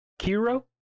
Kiro